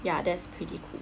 ya that's pretty cool